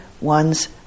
one's